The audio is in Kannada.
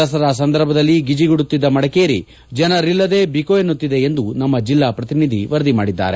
ದಸರಾ ಸಂದರ್ಭದಲ್ಲಿ ಗಿಜಿಗುಡುತ್ತಿದ್ದ ಮಡಿಕೇರಿ ಜನರಿಲ್ಲದೆ ಬಿಕೋ ಎನ್ನುತ್ತಿದೆ ಎಂದು ನಮ್ಮ ಜಿಲ್ಲಾ ಪ್ರತಿನಿಧಿ ವರದಿ ಮಾಡಿದ್ದಾರೆ